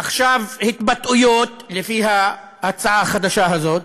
ועכשיו התבטאויות, לפי ההצעה החדשה הזאת,